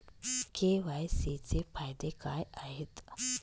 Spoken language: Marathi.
के.वाय.सी चे फायदे काय आहेत?